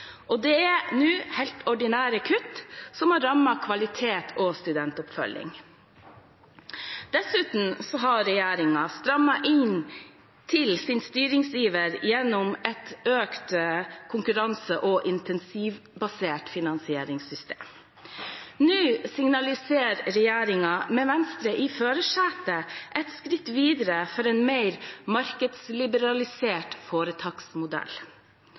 Det er helt ordinære kutt som har rammet kvalitet og studentoppfølging. Dessuten har regjeringen strammet inn i sin styringsiver gjennom et økt konkurranse- og intensivbasert finansieringssystem. Nå signaliserer regjeringen med Venstre i førersetet et skritt videre for en mer markedsliberalisert foretaksmodell.